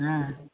हा